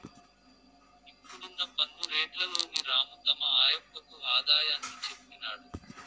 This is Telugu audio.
ఇప్పుడున్న పన్ను రేట్లలోని రాము తమ ఆయప్పకు ఆదాయాన్ని చెప్పినాడు